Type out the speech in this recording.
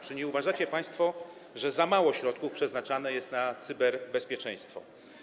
Czy nie uważacie państwo, że za mało środków jest przeznaczane na cyberbezpieczeństwo?